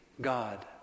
God